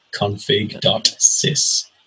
config.sys